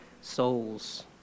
souls